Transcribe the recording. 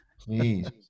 Please